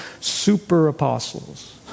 super-apostles